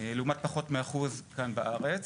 לעומת פחות מאחוז כאן בארץ.